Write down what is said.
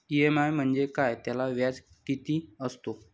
EMI म्हणजे काय? त्याला व्याज किती असतो?